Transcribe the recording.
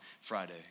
Friday